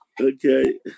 okay